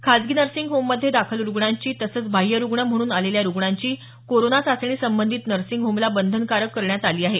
खासगी नर्सिंग होममध्ये दाखल रुग्णांची तसंच बाह्यरुग्ण म्हणून आलेल्या रुग्णांची कोरोना चाचणी संबंधित नर्सिंग होमला बंधनकारक करण्यात आली आहे